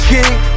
King